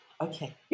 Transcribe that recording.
Okay